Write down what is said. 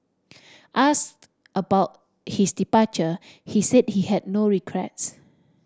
asked about his departure he said he had no regrets